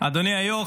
אדוני היו"ר,